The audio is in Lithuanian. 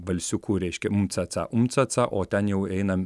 balsiuku reiškia um caca um caca o ten jau einam